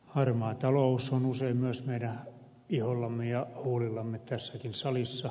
harmaa talous on usein myös meidän ihollamme ja huulillamme tässäkin salissa